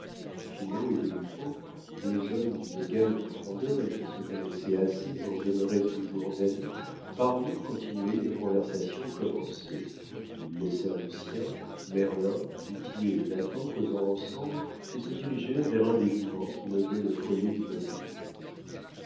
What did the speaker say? finot et des lupeaulx deux hommes d'une égale profondeur et qui se connaissaient assez pour demeurer toujours amis parurent continuer une conversation commencée ils laissèrent lucien merlin du tillet et nathan causant ensemble et se dirigèrent vers un des divans qui meublaient le foyer du vaudeville